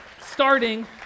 starting